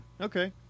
Okay